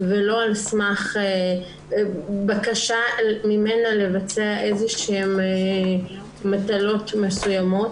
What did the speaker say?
ולא על סמך בקשה ממנה לבצע איזה שהן מטלות מסוימות,